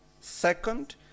second